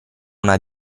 una